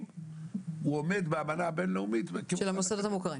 הוא עומד באמנה הבינלאומית -- של המוסדות המוכרים.